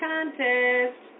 Contest